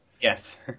Yes